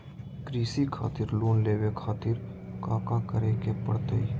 कृषि खातिर लोन लेवे खातिर काका करे की परतई?